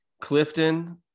Clifton